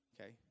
okay